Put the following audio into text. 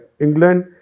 England